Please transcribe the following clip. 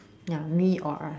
ya me or us